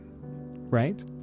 right